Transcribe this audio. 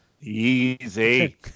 Easy